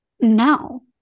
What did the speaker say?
No